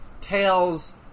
Tails